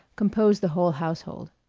composed the whole household.